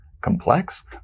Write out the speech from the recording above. complex